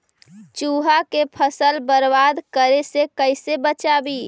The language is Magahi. चुहा के फसल बर्बाद करे से कैसे बचाबी?